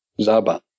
Zaba